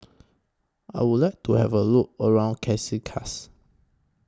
I Would like to Have A Look around